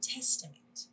Testament